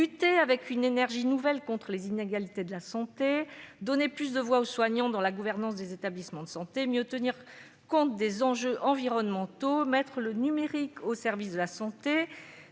lutter avec une énergie nouvelle contre les inégalités de santé, de donner plus de voix aux soignants dans la gouvernance des établissements de santé, de mieux tenir compte des enjeux environnementaux, de mettre le numérique au service de la santé